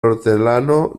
hortelano